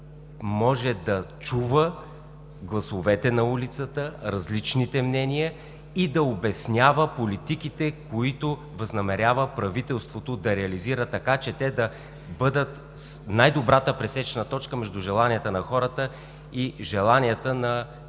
може да чува гласовете на улицата, различните мнения и да обяснява политиките, които правителството възнамерява да реализира, така че те да бъдат най-добрата пресечна точка между желанията на хората и изпълнението на Програмата